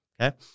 Okay